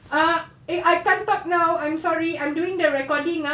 ah eh I can't talk now I'm sorry I'm doing the recording ah